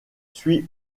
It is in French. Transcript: suit